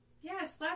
Yes